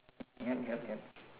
yup yup yup